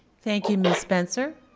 thank you, ms. spencer.